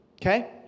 Okay